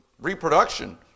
reproduction